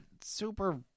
super